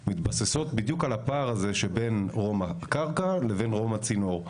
מתבססות בדיוק על הפער הזה שבין רום הקרקע לרום הצינור.